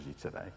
today